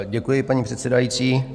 Děkuji, paní předsedající.